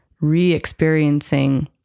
re-experiencing